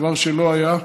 דבר שלא היה.